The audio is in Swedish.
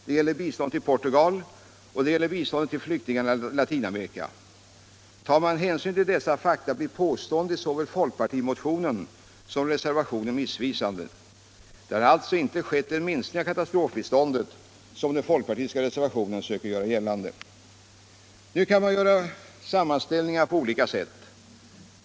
Det gäller biståndet till Portugal och det gäller biståndet till flyktingarna i Latinamerika. Tar man hänsyn tuli dessa fakta, blir påståendet i såväl folkpartimotionen som reservationen missvisande. Det har alltså inte skett en minskning av katastrofbiståndet, som den folkpartistiska reservationen söker göra gällande. Nu kan man ju göra sammanstillningar på olika sätt.